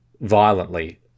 violently